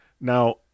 Now